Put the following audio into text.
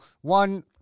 one